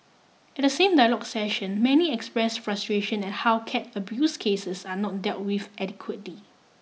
at the same dialogue session many express frustration at how cat abuse cases are not dealt with adequately